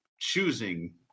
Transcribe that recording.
choosing